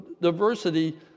diversity